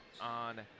on